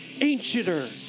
ancienter